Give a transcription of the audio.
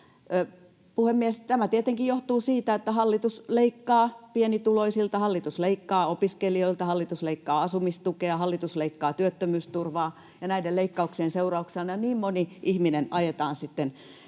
tämä tietenkin johtuu siitä, että hallitus leikkaa pienituloisilta, hallitus leikkaa opiskelijoilta, hallitus leikkaa asumistukea, hallitus leikkaa työttömyysturvaa. Näiden leikkauksien seurauksena niin moni ihminen ajetaan sitten